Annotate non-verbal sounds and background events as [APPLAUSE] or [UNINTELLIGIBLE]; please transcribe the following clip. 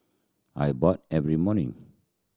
I [UNINTELLIGIBLE] every morning